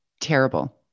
terrible